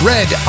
Red